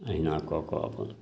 एहिना कऽ कऽ अपन